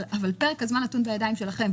אבל פרק הזמן נתון בידיים שלכם.